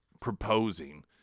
proposing